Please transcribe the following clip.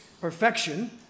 perfection